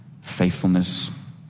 faithfulness